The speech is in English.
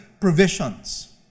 provisions